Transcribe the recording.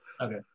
Okay